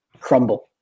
crumble